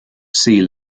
sea